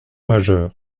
majeur